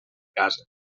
casa